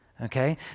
Okay